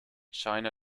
china